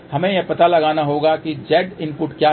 हमें यह पता लगाना होगा कि Z इनपुट क्या है